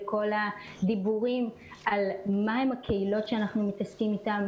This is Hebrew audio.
בכל הדיבורים על מה הן הקהילות שאנחנו מתעסקים איתן,